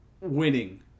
winning